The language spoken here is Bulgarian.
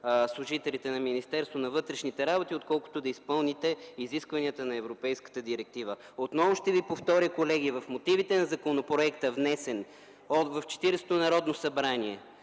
служителите на Министерството на вътрешните работи, вместо да изпълните изискванията на Европейската директива. Отново ще ви повторя, колеги! В мотивите на законопроекта, внесен в Четиридесетото Народно събрание